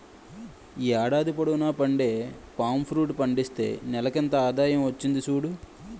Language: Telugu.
ఏడాది పొడువునా పండే పామ్ ఫ్రూట్ పండిస్తే నెలకింత ఆదాయం వచ్చింది సూడు